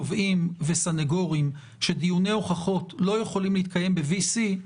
תובעים וסנגורים שדיוני הוכחות לא יכולים להתקיים ב-VC,